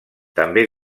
també